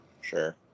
Sure